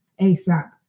ASAP